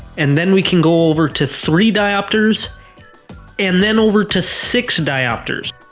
and then we can go over to three diopters and then over to six diopters.